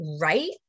right